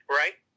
right